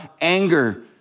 anger